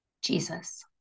Jesus